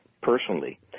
personally